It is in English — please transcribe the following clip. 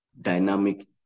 dynamic